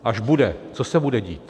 Až bude, co se bude dít?